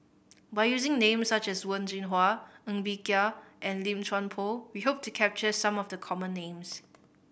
by using names such as Wen Jinhua Ng Bee Kia and Lim Chuan Poh we hope to capture some of the common names